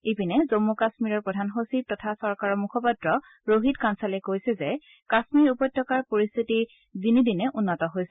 ইপিনে জম্মু কাশ্মীৰৰ প্ৰধান সচিব তথা চৰকাৰৰ মুখপাত্ৰ ৰোহিত কাঞ্চালে কৈছে যে কাশ্মীৰ উপত্যকাৰ পৰিস্থিতি দিনে দিনে উন্নত হৈছে